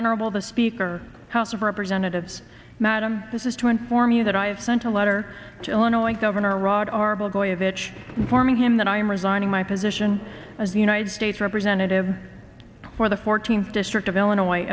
honorable the speaker house of representatives madam this is to inform you that i have sent a letter to illinois governor rod r baboy a bitch informing him that i am resigning my position as the united states representative for the fourteenth district of illinois